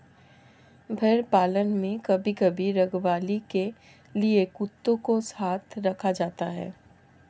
भेड़ पालन में कभी कभी रखवाली के लिए कुत्तों को साथ रखा जाता है